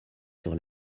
sur